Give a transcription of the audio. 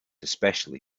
especially